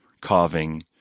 carving